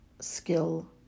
skill